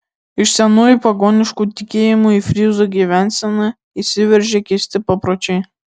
iš senųjų pagoniškų tikėjimų į fryzų gyvenseną įsiveržė keisti papročiai